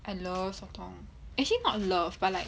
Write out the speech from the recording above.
I love sotong actually not love but like